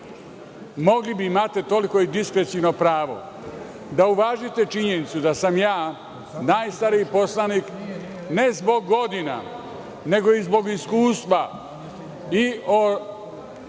mogli bi, imate to diskreciono pravo, da uvažite činjenicu da sam ja najstariji poslanik, ne zbog godina, nego i zbog iskustva u